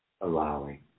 allowing